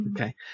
Okay